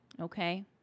Okay